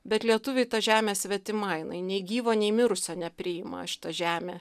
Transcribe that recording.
bet lietuviui ta žemė svetima jinai nei gyvo nei mirusio nepriima šita žemė